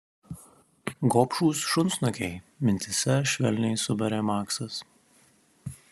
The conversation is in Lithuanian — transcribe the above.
gobšūs šunsnukiai mintyse švelniai subarė maksas